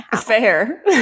fair